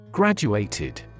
Graduated